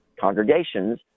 congregations